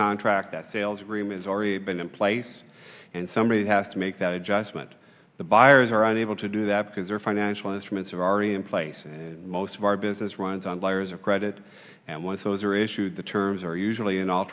already been in place and somebody has to make that adjustment the buyers are unable to do that because their financial instruments are already in place and most of our business runs on layers of credit and once those are issued the terms are usually unal